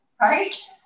right